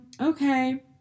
Okay